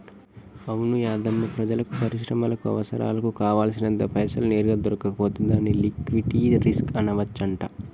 అవును యాధమ్మా ప్రజలకు పరిశ్రమలకు అవసరాలకు కావాల్సినంత పైసలు నేరుగా దొరకకపోతే దాన్ని లిక్విటీ రిస్క్ అనవచ్చంట